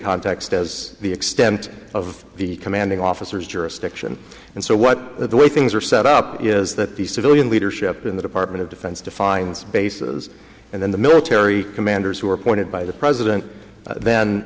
context as the extent of the commanding officers jurisdiction and so what the way things are set up is that the civilian leadership in the department of defense defines bases and then the military commanders who are appointed by the president then